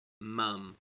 mum